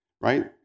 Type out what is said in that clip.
Right